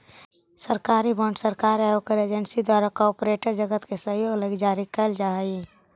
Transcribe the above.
सरकारी बॉन्ड सरकार या ओकर एजेंसी द्वारा कॉरपोरेट जगत के सहयोग लगी जारी कैल जा हई